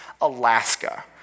Alaska